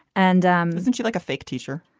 and um isn't she like a fake teacher.